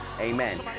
Amen